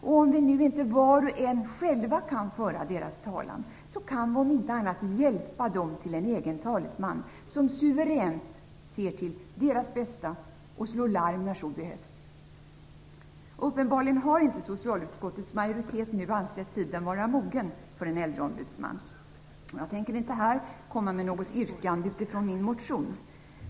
Om vi nu inte var och en själva kan föra deras talan kan vi om inte annat hjälpa dem till en egen talesman som suveränt ser till deras bästa och slår larm när så behövs. Uppenbarligen har inte socialutskottets majoritet nu ansett tiden vara mogen för en äldreombudsman. Jag tänker inte här framställa något yrkande utifrån min motion.